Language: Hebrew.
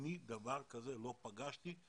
דבר כזה אני לא פגשתי,